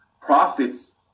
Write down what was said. Profits